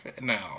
No